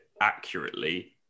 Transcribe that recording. accurately